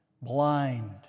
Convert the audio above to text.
blind